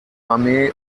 armee